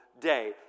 day